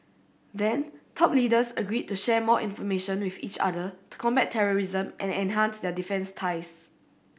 then top leaders agreed to share more information with each other to combat terrorism and enhance their defence ties